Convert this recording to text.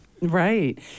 right